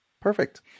Perfect